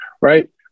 right